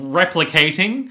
replicating